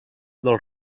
del